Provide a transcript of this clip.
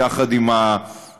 יחד עם המפכ"ל,